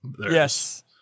Yes